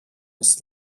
ist